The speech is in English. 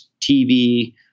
tv